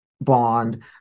bond